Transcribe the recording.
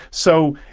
so,